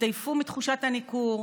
התעייפו מתחושת הניכור,